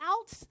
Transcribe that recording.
out